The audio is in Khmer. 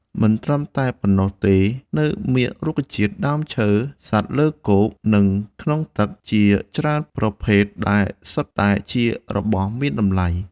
មិនត្រឹមតែប៉ុណ្ណោះទេ នៅមានរុក្ខជាតិ ដើមឈើ សត្វលើគោក និងក្នុងទឹក ជាច្រើនប្រភេទដែលសុទ្ធតែជារបស់ដ៏មានតម្លៃ។